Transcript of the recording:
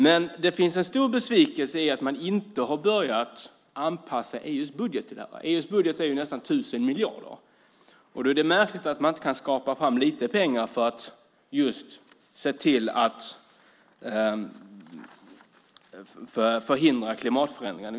Men det finns en stor besvikelse i att man inte har börjat anpassa EU:s budget till detta. EU:s budget omfattar nästan 1 000 miljarder. Då är det märkligt att man inte kan skaka fram lite pengar för att just se till att förhindra klimatförändringarna.